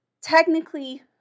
technically